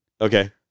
okay